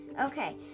Okay